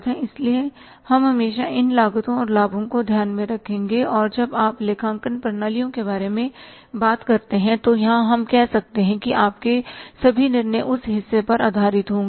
इसलिए हम हमेशा इन लागतों और लाभों को ध्यान में रखेंगे और जब आप लेखांकन प्रणालियों के बारे में बात करते हैं तो यहाँ हम कह सकते हैं कि आपके सभी निर्णय उस हिस्से पर आधारित होंगे